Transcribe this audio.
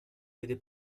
vede